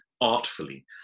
artfully